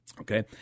Okay